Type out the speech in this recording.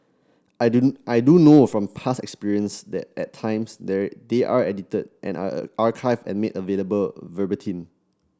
I do I do know from past experience that at times they are they are edited and are a archived and made available verbatim